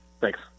thanks